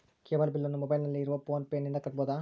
Cable ಬಿಲ್ಲನ್ನು ಮೊಬೈಲಿನಲ್ಲಿ ಇರುವ ಫೋನ್ ಪೇನಿಂದ ಕಟ್ಟಬಹುದಾ?